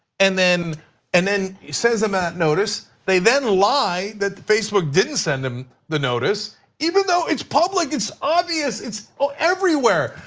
and then and then sends them that notice. they then lie that facebook didn't send them the notice even though it's public, it's obvious, it's ah everywhere.